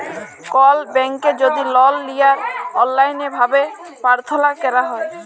call ব্যাংকে যদি লল লিয়ার অললাইল ভাবে পার্থলা ক্যরা হ্যয়